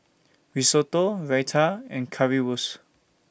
Risotto Raita and Currywurst